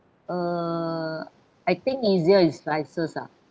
uh I think easier is slices ah